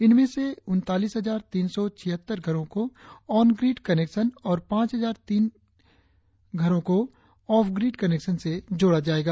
इसमें से उनतालीस हजार तीन सौ छिहत्तर घरों को ऑन ग्रीड कनेक्शन और पांच हजार तीस घरों को ऑफ ग्रीड कनेक्शन से जोड़ा जायेगा